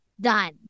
Done